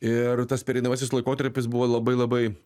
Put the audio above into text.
ir tas pereinamasis laikotarpis buvo labai labai